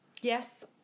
Yes